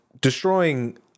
destroying